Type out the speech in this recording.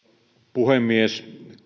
puhemies